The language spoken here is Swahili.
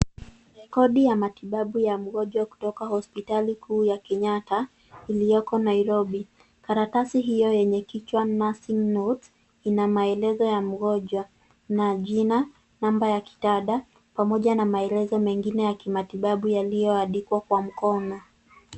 Recodi ya matibabu ya mgonjwa kutoka Hospitali Kuu ya Kenyatta iliyoko Nairobi. Karatasi hiyo yenye kichwa NURSING NOTE ina maelezo ya mgonjwa na jina, namba ya kitanda. Pamoja na maelezo mengine ya kimatibabu yaliyoandikwa kwa mkono.